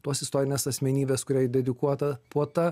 tos istorinės asmenybės kuriai dedikuota puota